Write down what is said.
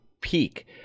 peak